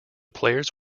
players